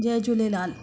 Jay Jhulelal